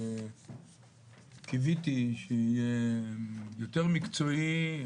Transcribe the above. שקיוויתי שיהיה יותר מקצועי,